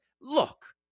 look